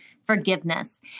forgiveness